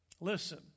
Listen